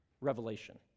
revelation